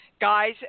Guys